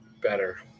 better